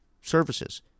services